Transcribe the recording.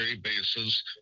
bases